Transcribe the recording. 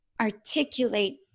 articulate